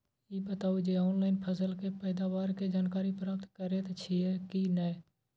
ई बताउ जे ऑनलाइन फसल के पैदावार के जानकारी प्राप्त करेत छिए की नेय?